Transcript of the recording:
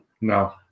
No